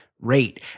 rate